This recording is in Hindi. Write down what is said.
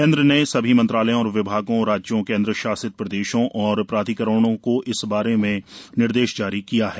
केन्द्र ने सभी मंत्रालयों और विभागों राज्यों केन्द्र शासित प्रदेशों और प्राधिकरणों को इस बारे में निर्देश जारी किया है